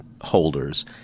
holders